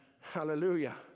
Hallelujah